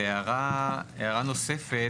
והערה נוספת,